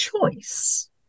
choice